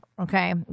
okay